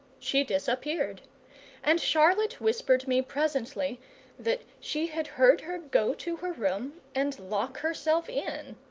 she disappeared and charlotte whispered me presently that she had heard her go to her room and lock herself in.